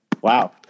Wow